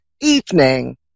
evening